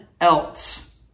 else